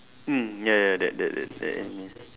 mm ya ya that that that that anime